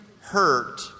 hurt